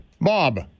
Bob